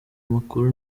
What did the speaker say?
makuru